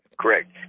Correct